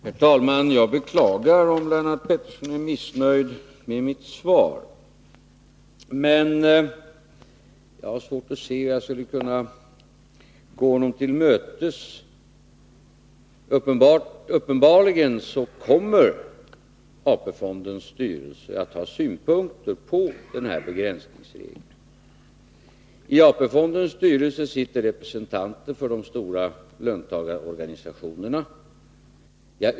Herr talman! Jag beklagar om Lennart Pettersson är missnöjd med mitt svar, men jag har svårt att se hur jag skulle kunna gå honom till mötes. Uppenbarligen kommer AP-fondens styrelse att ha synpunkter på denna begränsningsregel. I AP-fondens styrelse sitter representanter för de stora löntagarorganisationerna.